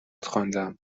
خواندم